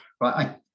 Right